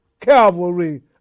Calvary